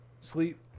Sleep